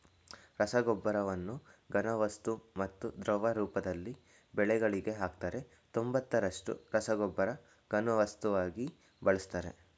ರಸಗೊಬ್ಬರವನ್ನು ಘನವಸ್ತು ಮತ್ತು ದ್ರವ ರೂಪದಲ್ಲಿ ಬೆಳೆಗಳಿಗೆ ಹಾಕ್ತರೆ ತೊಂಬತ್ತರಷ್ಟು ರಸಗೊಬ್ಬರನ ಘನವಸ್ತುವಾಗಿ ಬಳಸ್ತರೆ